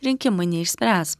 rinkimai neišspręs